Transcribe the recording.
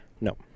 No